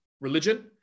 religion